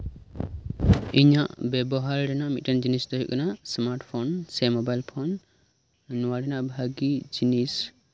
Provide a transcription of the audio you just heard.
ᱤᱧᱟᱹᱜ ᱵᱮᱵᱚᱦᱟᱨ ᱨᱮᱱᱟᱜ ᱢᱤᱫᱴᱟᱱ ᱡᱤᱱᱤᱥ ᱫᱚ ᱦᱩᱭᱩᱜ ᱠᱟᱱᱟ ᱥᱢᱟᱨᱴᱯᱷᱳᱱ ᱥᱮ ᱢᱳᱵᱟᱭᱤᱞ ᱯᱷᱳᱱ ᱱᱚᱣᱟ ᱨᱮᱱᱟᱜ ᱵᱷᱟᱹᱜᱤ ᱡᱤᱱᱤᱥ